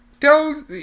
Tell